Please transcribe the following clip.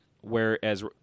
Whereas